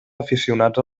aficionats